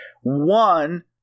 one